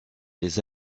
les